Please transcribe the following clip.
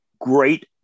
great